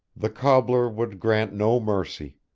the cobbler would grant no mercy.